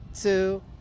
two